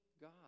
God